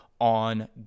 on